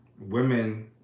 women